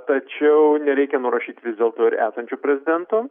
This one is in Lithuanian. tačiau nereikia nurašyt vis dėlto ir esančio prezidento